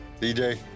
DJ